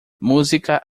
música